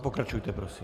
Pokračujte prosím.